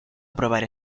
aprobar